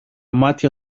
μάτια